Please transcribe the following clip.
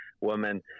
woman